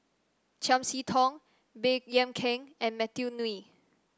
Chiam See Tong Baey Yam Keng and Matthew Ngui